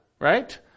Right